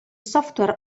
software